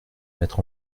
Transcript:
mettre